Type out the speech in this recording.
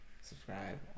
subscribe